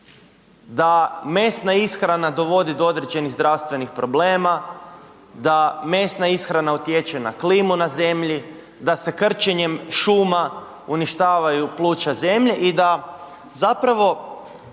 da mesna ishrana dovodi do određenih zdravstvenih problema, da mesna ishrana utječe na klimu na zemlji, da se krčenjem šuma uništavaju pluća zemlje i da zapravo